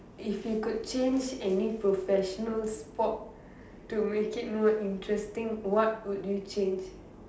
if you could change any professional sport to make it more interesting what would you change